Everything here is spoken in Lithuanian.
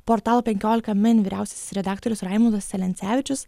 portalo penkiolika min vyriausiasis redaktorius raimundas celencevičius